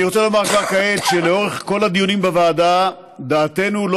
אני רוצה לומר כבר כעת שלאורך כל הדיונים בוועדה דעתנו לא